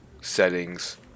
settings